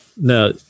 Now